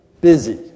busy